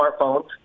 smartphones